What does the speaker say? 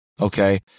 okay